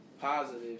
Positive